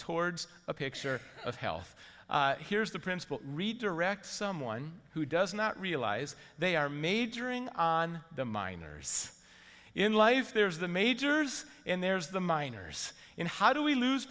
towards a picture of health here's the principle redirect someone who does not realize they are majoring on the minors in life there's the majors and there's the miners in how do we lose